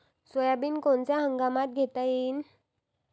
Soybean कोनच्या हंगामात घेता येईन?